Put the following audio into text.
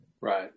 right